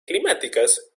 climáticas